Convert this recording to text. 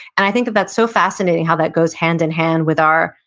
and i think that that's so fascinating, how that goes hand in hand with our,